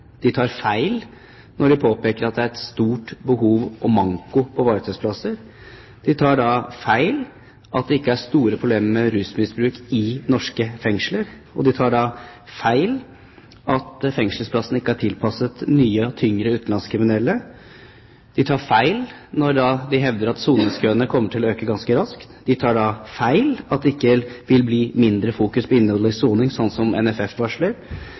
De tar feil når de påpeker at det er et stort behov for og manko på varetektsplasser. De tar feil når de sier at det er store problemer med rusmisbruk i norske fengsler. De tar feil når de hevder at fengselsplassene ikke er tilpasset nye og tyngre utenlandske kriminelle. De tar feil når de hevder at soningskøene kommer til å øke ganske raskt. De tar feil i at det vil bli mindre fokus på innholdet i soningen, slik som NFF varsler.